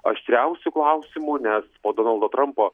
aštriausiu klausimu nes po donaldo trampo